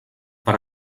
per